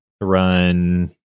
run